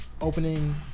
Opening